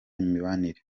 imibanire